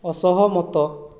ଅସହମତ